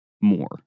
more